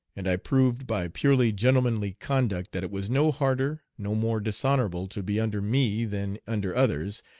and i proved by purely gentlemanly conduct that it was no harder, no more dishonorable, to be under me than under others,